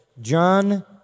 John